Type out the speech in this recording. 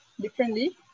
differently